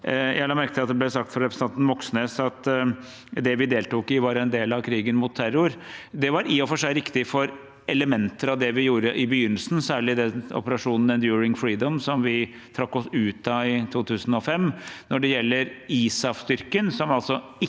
Jeg la merke til at det ble sagt fra representanten Moxnes at det vi deltok i, var en del av krigen mot terror. Det er i og for seg riktig for elementer av det vi gjorde i begynnelsen, særlig operasjonen Enduring Freedom, som vi trakk oss ut av i 2005. Når det gjelder ISAF-styrken, ble den altså ikke